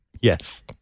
yes